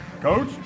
Coach